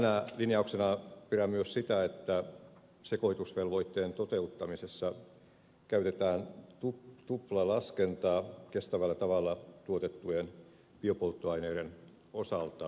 hyvänä linjauksena pidän myös sitä että sekoitusvelvoitteen toteuttamisessa käytetään tuplalaskentaa kestävällä tavalla tuotettujen biopolttoaineiden osalta